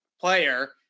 player